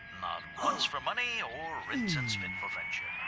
nod once for money, or rinse and spit for friendship.